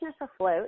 afloat